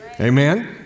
Amen